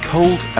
Cold